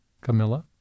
Camilla